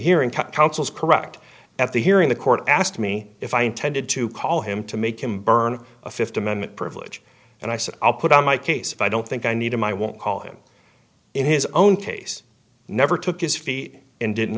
counsel's correct at the hearing the court asked me if i intended to call him to make him burn a th amendment privilege and i said i'll put on my case if i don't think i need him i won't call him in his own case never took his fee and didn't